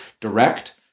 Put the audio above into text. direct